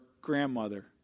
grandmother